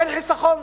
אין חיסכון